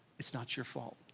it's not your fault.